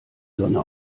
sonne